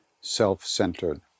self-centered